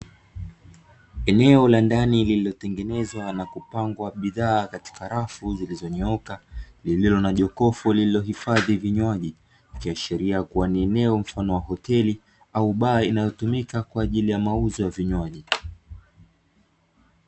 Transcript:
Eneo la ndani lililotengenezwa na kupangwa bidhaa katika rafu zilizonyooka lililo na jokofu lililohifadhi vinywaji ikiashiria kuwa ni eneo mfano wa hoteli au baa inayotumika kwa ajili ya mauzo ya vinywaji.